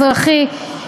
אזרחי,